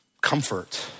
comfort